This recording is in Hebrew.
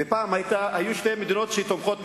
ופעם היו שתי מדינות שתומכות בישראל,